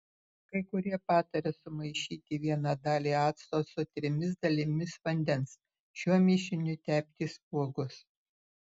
kai kurie pataria sumaišyti vieną dalį acto su trimis dalimis vandens šiuo mišiniu tepti spuogus